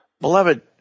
Beloved